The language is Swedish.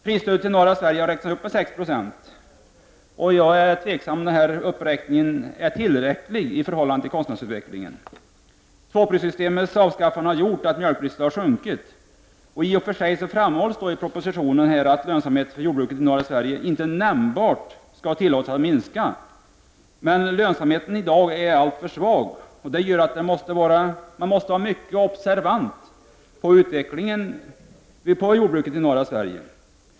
Prisstödet till norra Sverige har räknats upp med 6 96. Jag är tveksam om denna uppräkning är tillräcklig i förhållande till kostnadsutvecklingen. Tvåprissystemets avskaffande har gjort att mjölkpriset har sjunkit. I och för sig framhålls i propositionen att lönsamheten för jordbruket i norra Sverige inte nämnvärt skall tillåtas att minska. Men lönsamheten är i dag alltför svag, och detta gör att man måste vara mycket observant på utvecklingen härvidlag.